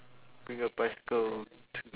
bring a bicycle to